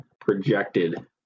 projected